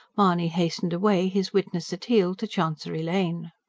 mahony hastened away, his witness at heel, to chancery lane.